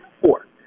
Four